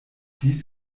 dies